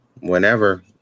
whenever